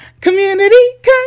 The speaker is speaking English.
community